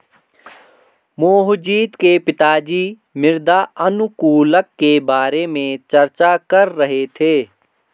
मोहजीत के पिताजी मृदा अनुकूलक के बारे में चर्चा कर रहे थे